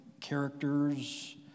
characters